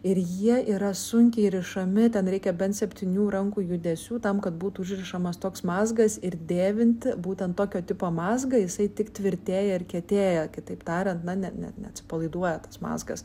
ir jie yra sunkiai rišami ten reikia bent septynių rankų judesių tam kad būtų užrišamas toks mazgas ir dėvinti būtent tokio tipo mazgą jisai tik tvirtėja ir kietėja kitaip tariant na ne neatsipalaiduoja tas mazgas